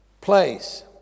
place